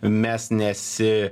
mes nesi